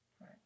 right